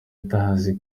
ndazi